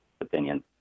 opinion